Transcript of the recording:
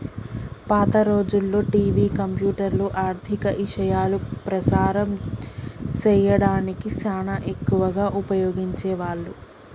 పాత రోజుల్లో టివి, కంప్యూటర్లు, ఆర్ధిక ఇశయాలు ప్రసారం సేయడానికి సానా ఎక్కువగా ఉపయోగించే వాళ్ళు